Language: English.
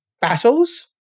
battles